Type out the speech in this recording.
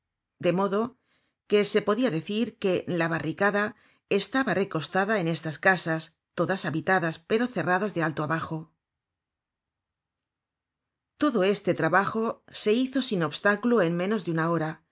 de modo que se podia decir que la barricada estaba recostada en estas casas todas habitadas pero cerradas de alto abajo todo este trabajo se hizo sin obstáculo en menos de una hora